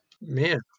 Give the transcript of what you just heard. Man